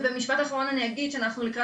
ובמשפט אחרון אני אגיד שאנחנו לקראת